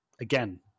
again